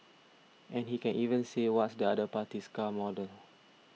and he can even say what's the other party's car model